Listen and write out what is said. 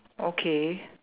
okay